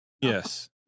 Yes